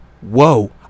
Whoa